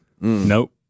Nope